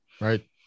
right